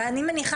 הרי אני מניחה,